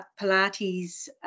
Pilates